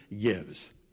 gives